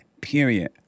period